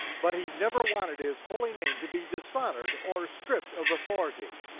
but he never wanted his holy name to be dishonored or stripped of authority.